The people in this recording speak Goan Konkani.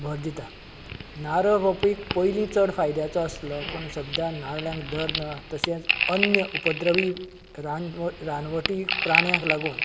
भर दितात नारळ हो पीक पयलीं चड फायदाचो आसलो पूण सद्या नारळांक दर ना तशें अन्य उपद्वयी रानव रानवटी प्राण्याक लागून